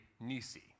Nisi